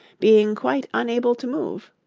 being quite unable to move.